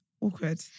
awkward